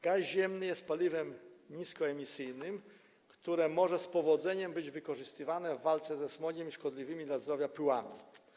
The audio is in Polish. Gaz ziemny jest paliwem niskoemisyjnym, które może z powodzeniem być wykorzystywane w walce ze smogiem i szkodliwymi dla zdrowia pyłami.